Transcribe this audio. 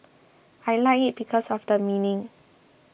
I like it because of the meaning